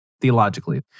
theologically